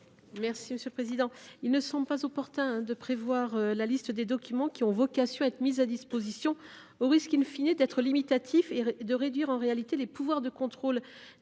de la commission ? Il ne semble pas opportun de prévoir la liste des documents ayant vocation à être mis à disposition, au risque d’être limitatif et de réduire en réalité les pouvoirs de contrôle